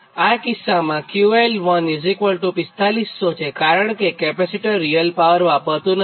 તો આ કિસ્સામાં 𝑄𝐿14500 છે કારણ કે કેપેસિટર રીઅલ પાવર વાપરતું નથી